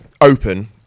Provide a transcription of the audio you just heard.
open